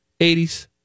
80s